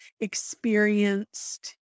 experienced